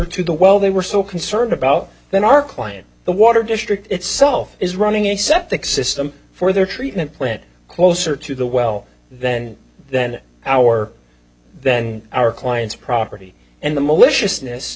to the well they were so concerned about then our client the water district itself is running a septic system for their treatment plant closer to the well then then our then our client's property and the mili